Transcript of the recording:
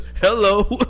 Hello